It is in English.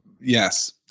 Yes